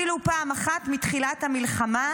היא לא התכנסה אפילו פעם אחת מתחילת המלחמה,